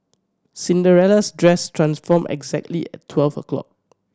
Cinderella's dress transformed exactly at twelve o' clock